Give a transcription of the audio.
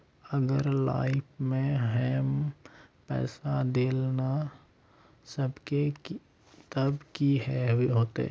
अगर लाइफ में हैम पैसा दे ला ना सकबे तब की होते?